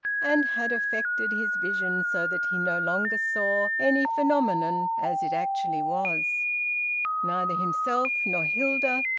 and had affected his vision so that he no longer saw any phenomenon as it actually was neither himself, nor hilda,